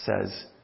says